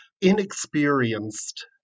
inexperienced